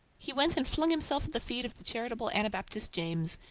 he went and flung himself at the feet of the charitable anabaptist james,